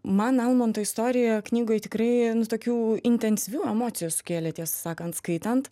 man almanto istorijoje knygoj tikrai nu tokių intensyvių emocijų sukėlė tiesą sakant skaitant